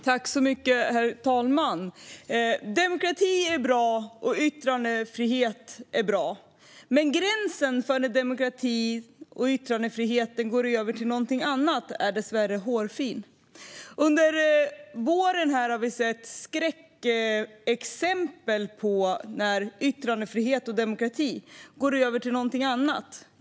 Herr talman! Demokrati är bra, och yttrandefrihet är bra. Men gränsen för när demokratin och yttrandefriheten går över till någonting annat är dessvärre hårfin. Under våren har vi sett skräckexempel på när demokrati och yttrandefrihet går över till någonting annat.